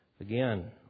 again